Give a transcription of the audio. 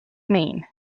mean